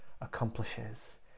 accomplishes